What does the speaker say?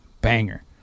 banger